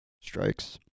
strikes